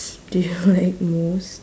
do you like most